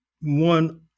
one